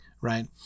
Right